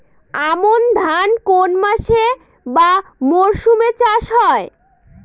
আমন ধান কোন মাসে বা মরশুমে চাষ হয়?